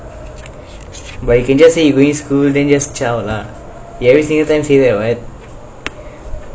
but you can just say you going school then just zhao lah you every day stay back [what]